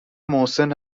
محسن